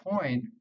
point